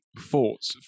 thoughts